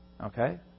Okay